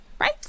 right